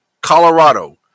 Colorado